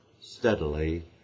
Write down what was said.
steadily